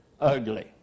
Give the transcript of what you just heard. ugly